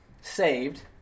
saved